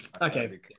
okay